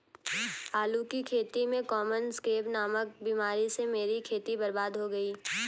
आलू की खेती में कॉमन स्कैब नामक बीमारी से मेरी खेती बर्बाद हो गई